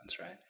right